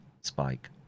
spike